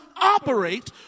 operate